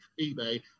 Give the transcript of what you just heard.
eBay